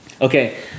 Okay